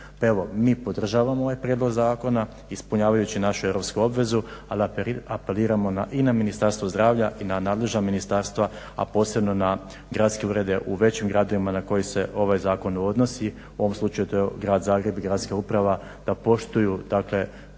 evo, mi podržavamo ovaj prijedlog zakona ispunjavajući našu europsku obvezu, ali apeliramo i na Ministarstvo zdravlja i na nadležna ministarstva, a posebno na gradske urede u većim gradovima na koji se ovaj zakon odnosi. u ovom slučaju to je grad Zagreb i gradska uprava da poštuju, dakle